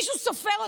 מישהו סופר אותה?